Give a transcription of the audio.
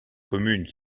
commune